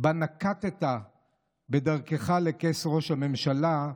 שנקטת בדרכך לכס ראשות הממשלה,